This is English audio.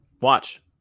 Watch